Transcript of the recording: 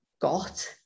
got